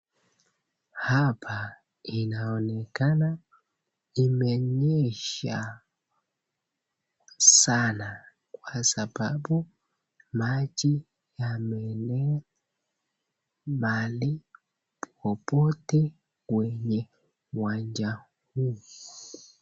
Hapa inaonekana imenyesha sana, kwa sababu maji yameenea mahali popoote kwenye uwanja huu.